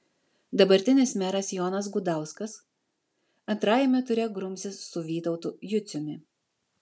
dabartinis meras jonas gudauskas antrajame ture grumsis su vytautu juciumi